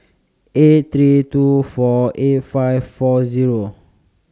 eight three two four eight five four Zero